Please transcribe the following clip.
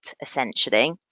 essentially